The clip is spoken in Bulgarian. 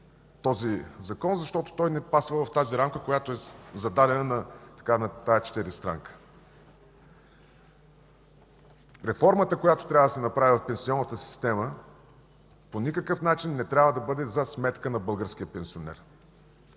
този закон, защото той не пасва на рамката, която е зададена на тази четиристранка. Реформата, която трябва да се направи в пенсионната система, по никакъв начин не трябва да бъде за сметка на българския пенсионер.